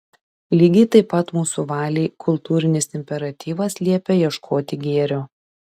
lygiai taip pat mūsų valiai kultūrinis imperatyvas liepia ieškoti gėrio